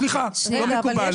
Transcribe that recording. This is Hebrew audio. סליחה, לא מקובל.